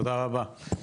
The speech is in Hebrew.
תודה רבה.